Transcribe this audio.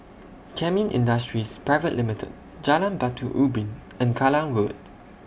Kemin Industries Private Limited Jalan Batu Ubin and Kallang Road